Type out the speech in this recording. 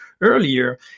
earlier